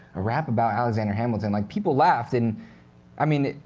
a rap about alexander hamilton like people laughed. and i mean,